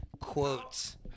quotes